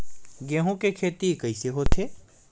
गेहूं के खेती कइसे होथे?